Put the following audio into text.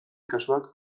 kasuak